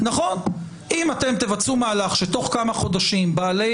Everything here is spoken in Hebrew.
אם תבצעו מהלך שתוך כמה חודשים בעלי